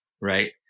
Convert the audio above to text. right